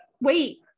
Wait